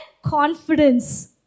confidence